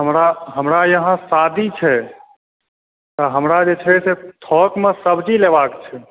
हमरा यहाँ शादी छै हमरा जे छै बहुत ने सब्जी लेबाक छै